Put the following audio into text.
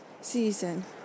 season